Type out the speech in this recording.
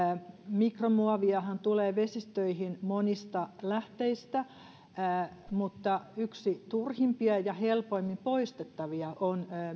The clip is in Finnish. mikromuoviahan tulee vesistöihin monista lähteistä mutta yksi turhimpia ja helpoimmin poistettavia on